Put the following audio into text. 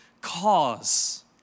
cause